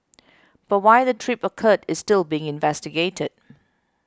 but why the trip occurred is still being investigated